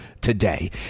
today